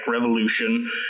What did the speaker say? Revolution